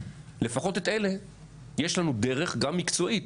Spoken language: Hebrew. לפחות את אלה יש לנו דרך גם מקצועית,